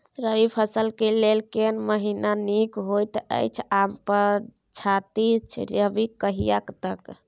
रबी फसल के लेल केना महीना नीक होयत अछि आर पछाति रबी कहिया तक?